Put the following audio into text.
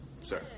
Sir